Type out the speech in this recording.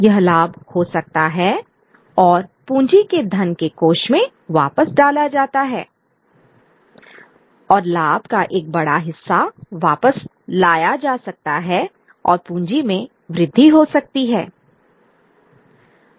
यह लाभ हो सकता है और पूंजी के धन के कोष में वापस डाला जाता है और लाभ का एक बड़ा हिस्सा वापस लाया जा सकता है और पूंजी में वृद्धि हो सकती है